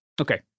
okay